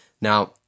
Now